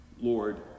Lord